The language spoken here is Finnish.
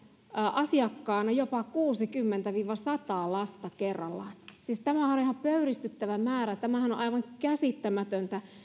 asiakkaana jopa kuusikymmentä viiva sata lasta kerrallaan siis tämähän on ihan pöyristyttävä määrä tämähän on on aivan käsittämätöntä